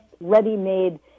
ready-made